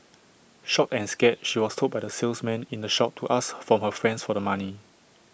shocked and scared she was told by the salesman in the shop to ask from her friends for the money